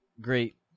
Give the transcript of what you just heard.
great